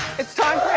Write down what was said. it's time